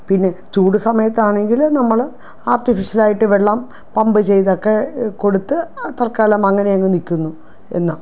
പിന്നെ ചൂട് സമയത്താണെങ്കിൽ നമ്മൾ ആർട്ടിഫിഷ്യലായിട്ട് വെള്ളം പമ്പ് ചെയ്തൊക്കെ കൊടുത്തു തത്ക്കാലം അങ്ങനെയങ്ങ് നിൽക്കുന്നു എന്ന